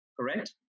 correct